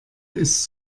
ist